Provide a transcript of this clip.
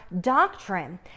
doctrine